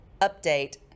update